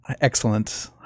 excellent